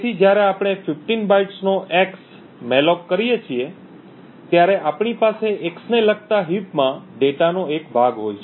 તેથી જ્યારે આપણે 15 બાઇટ્સનો x મૅલોક કરીએ છીએ ત્યારે આપણી પાસે x ને લગતા heap માં ડેટાનો એક ભાગ હોય છે